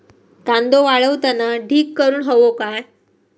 कांदो वाळवताना ढीग करून हवो काय?